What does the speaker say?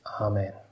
Amen